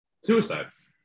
Suicides